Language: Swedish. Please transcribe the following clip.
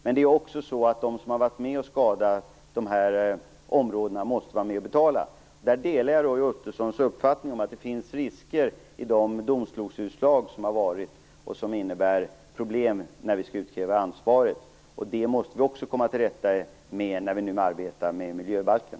Men det är också så att de som har varit med om att skada de här områdena måste vara med och betala. Här delar jag Roy Ottossons uppfattning att det finns en risk att de domstolsutslag som har förekommit kan innebära problem när vi skall utkräva ansvaret. Detta måste vi också komma till rätta med när vi nu arbetar med miljöbalken.